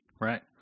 Right